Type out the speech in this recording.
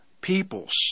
peoples